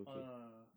ah